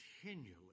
continually